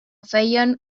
feien